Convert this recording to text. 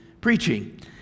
preaching